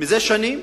זה שנים,